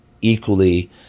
equally